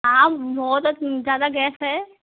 आप बहुत ज़्यादा गेस्ट हैं